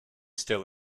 still